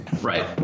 right